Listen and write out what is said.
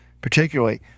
particularly